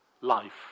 Life